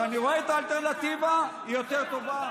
וכשאני רואה את האלטרנטיבה, היא יותר טובה,